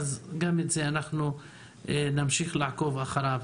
אז נמשיך לעקוב גם אחרי זה.